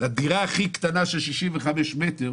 והדירה הכי קטנה של 65 מטר,